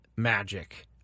magic